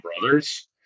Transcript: brothers